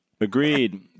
Agreed